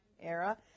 era